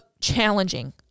challenging